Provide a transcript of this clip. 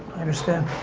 i understand.